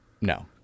No